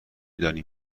دانیم